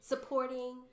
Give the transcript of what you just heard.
Supporting